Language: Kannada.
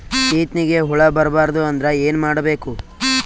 ಸೀತ್ನಿಗೆ ಹುಳ ಬರ್ಬಾರ್ದು ಅಂದ್ರ ಏನ್ ಮಾಡಬೇಕು?